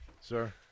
Sir